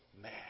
man